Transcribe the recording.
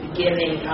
giving